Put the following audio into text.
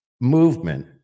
movement